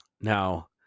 Now